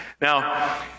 Now